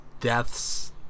deaths